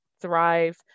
thrive